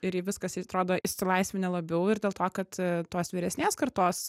ir jai viskas į atrodo išsilaisvinę labiau ir dėl to kad tos vyresnės kartos